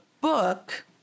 book